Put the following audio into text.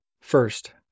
First